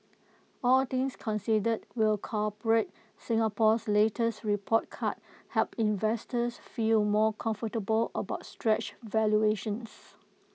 all things considered will corporate Singapore's latest report card help investors feel more comfortable about stretched valuations